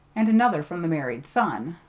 and another from the married son.